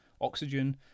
oxygen